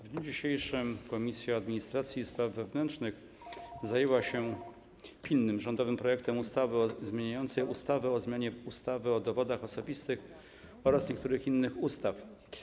W dniu dzisiejszym Komisja Administracji i Spraw Wewnętrznych zajęła się pilnym rządowym projektem ustawy zmieniającej ustawę o zmianie ustawy o dowodach osobistych oraz niektórych innych ustaw.